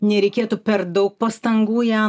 nereikėtų per daug pastangų ją